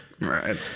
right